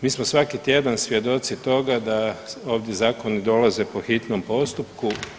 Mi smo svaki tjedan svjedoci toga da ovdje zakoni dolaze po hitnom postupku.